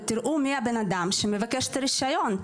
ותראו מי האדם שמבקש את הרישיון.